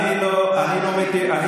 אל תטיף לי מוסר, טול קורה מבין עיניך.